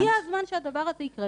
הגיע הזמן שהדבר הזה יקרה,